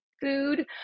food